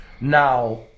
Now